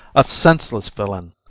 a senseless villain!